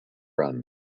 run